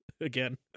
again